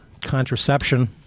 contraception